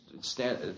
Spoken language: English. stand